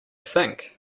think